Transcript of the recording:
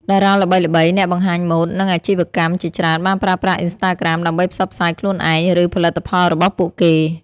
តារាល្បីៗ អ្នកបង្ហាញម៉ូត និងអាជីវកម្មជាច្រើនបានប្រើប្រាស់ អ៊ិនស្តាក្រាម ដើម្បីផ្សព្វផ្សាយខ្លួនឯង ឬផលិតផលរបស់ពួកគេ។